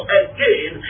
again